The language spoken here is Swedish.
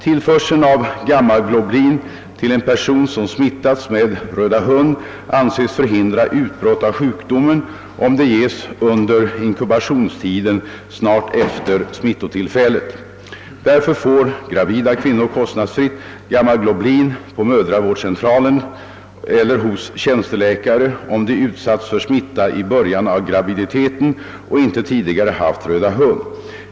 Tillförsel av gammaglobulin till en person som smittats med röda hund anses förhindra utbrott av sjukdomen om det ges under inkubationstiden snart efter smittotillfället. Därför får gravida kvinnor kostnadsfritt gammaglobulin på mödravårdscentral eller hos tjänsteläkare om de utsatts för smitta i början av graviditeten och inte tidigare haft röda hund.